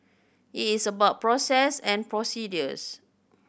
it is about process and procedures